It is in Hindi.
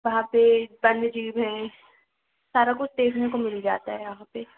वहां पर वन्यजीव हैं सारा कुछ देखने को मिल जाता है वहां पर